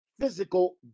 physical